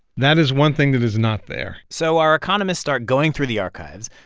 that is one thing that is not there so our economists start going through the archives.